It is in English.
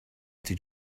did